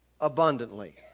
abundantly